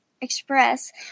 Express